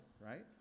right